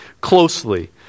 closely